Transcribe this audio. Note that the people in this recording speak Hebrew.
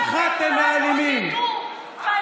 פחדתם מהאלימים.